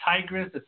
Tigress